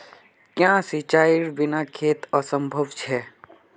क्याँ सिंचाईर बिना खेत असंभव छै?